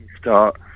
start